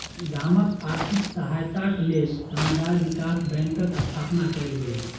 गामक आर्थिक सहायताक लेल समुदाय विकास बैंकक स्थापना कयल गेल